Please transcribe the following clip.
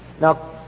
Now